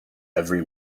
every